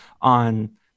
on